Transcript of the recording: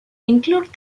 include